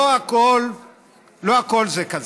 לא הכול זה כזה.